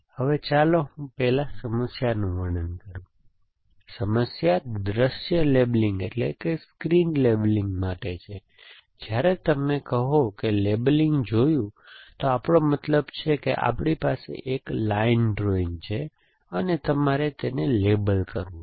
હવે ચાલો હું પહેલા સમસ્યાનું વર્ણન કરું સમસ્યા દ્રશ્ય લેબલીંગ માટે છે અને જ્યારે તમે કહો કે લેબલીંગ જોયું તો આપણો મતલબ એ છે કે આપણી પાસે એક લાઇન ડ્રોઇંગ છે અને તમારે તેને લેબલ કરવું છે